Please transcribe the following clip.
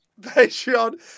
Patreon